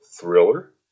Thriller